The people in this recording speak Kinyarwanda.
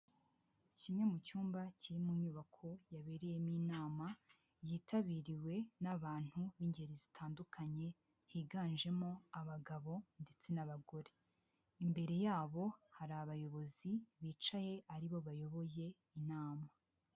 Kimwe mu cyumba kiri mu nyubako yabereyemo inama yitabiriwe n'abantu b'ingeri zitandukanye, higanjemo abagabo ndetse n'abagore, imbere yabo hari abayobozi bicaye aribo bayoboye inama.